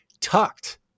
tucked